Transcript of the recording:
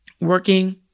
working